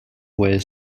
ways